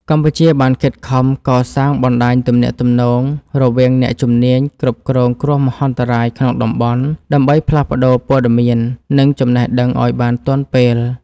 កម្ពុជាបានខិតខំកសាងបណ្តាញទំនាក់ទំនងរវាងអ្នកជំនាញគ្រប់គ្រងគ្រោះមហន្តរាយក្នុងតំបន់ ដើម្បីផ្លាស់ប្តូរព័ត៌មាន និងចំណេះដឹងឱ្យបានទាន់ពេល។